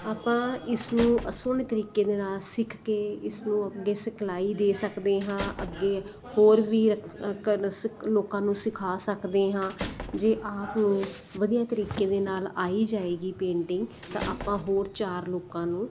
ਆਪਾਂ ਇਸਨੂੰ ਸੋਹਣੇ ਤਰੀਕੇ ਦੇ ਨਾਲ ਸਿੱਖ ਕੇ ਇਸ ਨੂੰ ਅੱਗੇ ਸਿਖਲਾਈ ਦੇ ਸਕਦੇ ਹਾਂ ਅੱਗੇ ਹੋਰ ਵੀ ਲੋਕਾਂ ਨੂੰ ਸਿਖਾ ਸਕਦੇ ਹਾਂ ਜੇ ਆਪ ਨੂੰ ਵਧੀਆ ਤਰੀਕੇ ਦੇ ਨਾਲ ਆਈ ਜਾਵੇਗੀ ਪੇਂਟਿੰਗ ਤਾਂ ਆਪਾਂ ਹੋਰ ਚਾਰ ਲੋਕਾਂ ਨੂੰ